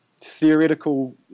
theoretical